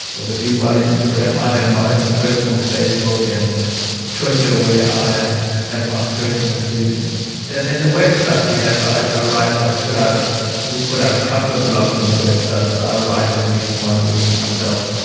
ah the be well instagram. i have my own personal facebook and twitter where i have my personal musings. and then the website, we have, i ah write. i put out. ah we put out a couple of blogs on the website, but i write at least one a week myself,